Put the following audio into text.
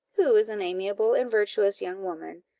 who is an amiable and virtuous young woman,